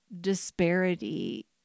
disparity